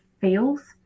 feels